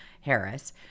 Harris